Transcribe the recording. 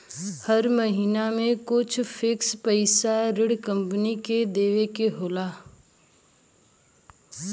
हर महिना में कुछ फिक्स पइसा ऋण कम्पनी के देवे के होला